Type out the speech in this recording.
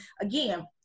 again